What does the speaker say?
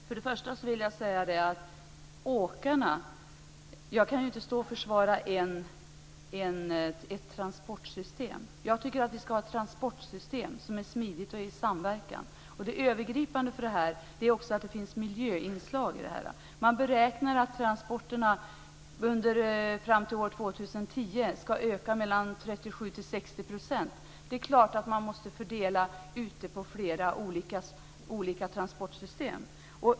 Fru talman! Först och främst vill jag säga i fråga om åkarna att jag inte kan stå här och försvara ett transportsystem. Jag tycker att vi ska ha ett transportsystem som är smidigt och som är i samverkan. Det övergripande är också att det finns miljöinslag i det här. Man beräknar att transporterna fram till år 2010 kommer att öka med mellan 37 och 60 %, och det är klart att det måste fördelas på flera olika transportsystem.